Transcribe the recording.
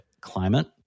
climate